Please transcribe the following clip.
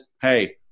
Hey